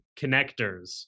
connectors